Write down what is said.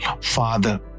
father